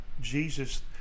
Jesus